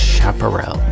Chaparral